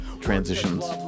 transitions